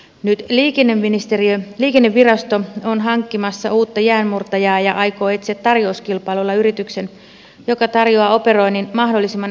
nyt liikennevirasto on hankkimassa uutta jäänmurtajaa ja aikoo etsiä tarjouskilpailulla yrityksen joka tarjoaa operoinnin mahdollisimman edullisesti